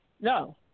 No